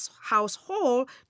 household